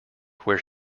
where